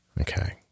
Okay